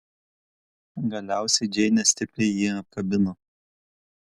galiausiai džeinė stipriai jį apkabino